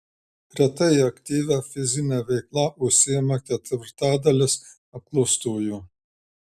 retai aktyvia fizine veikla užsiima ketvirtadalis apklaustųjų